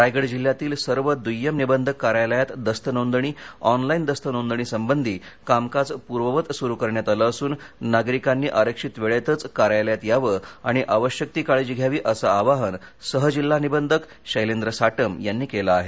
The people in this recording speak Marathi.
रायगड जिल्ह्यातील सर्व द्य्यम निबंधक कार्यालयात दस्त नोंदणी ऑनलाईन दस्त नोंदणीसंबंधी कामकाज पूर्ववत सुरू करण्यात आले असून नागरिकांनी आरक्षित वेळेतच कार्यालयात यावं आणि आवश्यक ती काळजी घ्यावी असं आवाहन सह जिल्हा निबंधक शैलेंद्र साटम यांनी केलं आहे